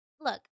look